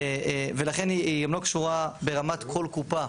ולכן היא גם לא קשורה ברמת כל קופה,